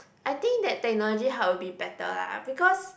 I think that technology hub will be better lah because